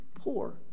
poor